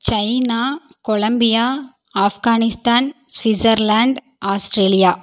China Colombia Afghanistan Switzerland Australia